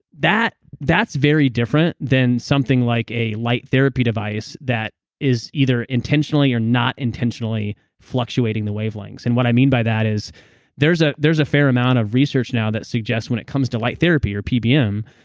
that's very different than something like a light therapy device that is either intentionally or not intentionally fluctuating the wavelengths and what i mean by that is there's ah there's a fair amount of research now that suggests when it comes to light therapy or pbm,